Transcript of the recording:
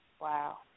Wow